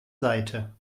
seite